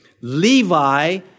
Levi